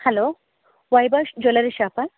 hello ವೈಬೌಶ್ jewellery ಶಾಪಾ